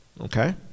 Okay